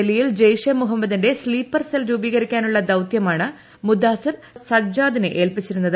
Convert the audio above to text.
ഡൽഹിയിൽ ജെയ്ഷെ മുഹമ്മദിന്റെ sleeper cell രൂപീകരിക്കാനുള്ള ദൌത്യമാണ് മുദാസ്സിർ സജ്ജാദിനെ ഏല്പിച്ചിരുന്നത്